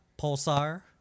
Pulsar